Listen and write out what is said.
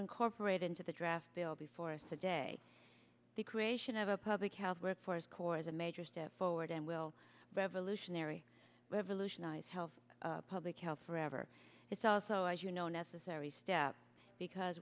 incorporated into the draft bill before us today the creation of a public health with fourscore as a major step forward and will revolutionary revolutionize health public health forever it's also as you know a necessary step because